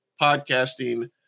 podcasting